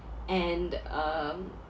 and um